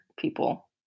people